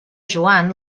joan